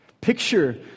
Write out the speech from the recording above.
Picture